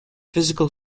physical